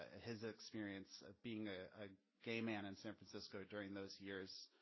ah his experience of being a gay man in san francisco during those years.